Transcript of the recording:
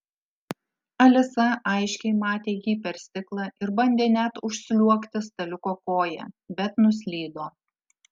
alisa aiškiai matė jį per stiklą ir bandė net užsliuogti staliuko koja bet nuslydo